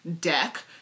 Deck